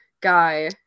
guy